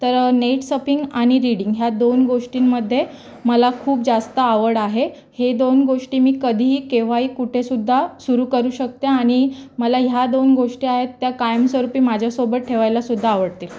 तर net surfing आणि reading ह्या दोन गोष्टींमध्ये मला खूप जास्त आवड आहे हे दोन गोष्टी मी कधीही केव्हाही कुठेसुद्धा सुरु करू शकते आणि मला ह्या दोन गोष्टी आहेत त्या कायम स्वरूपी माझ्यासोबत ठेवायलासुद्धा आवडतील